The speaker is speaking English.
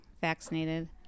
vaccinated